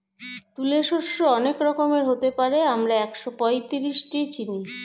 তুলে শস্য অনেক রকমের হতে পারে, আমরা একশোপঁয়ত্রিশটি চিনি